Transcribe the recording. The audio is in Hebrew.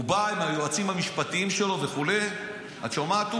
הוא בא עם היועצים המשפטיים שלו וכו' את שומעת,